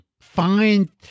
find